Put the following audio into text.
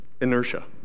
inertia